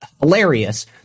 hilarious